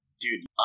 dude